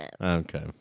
Okay